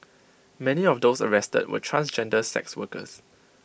many of those arrested were transgender sex workers